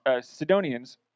Sidonians